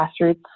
grassroots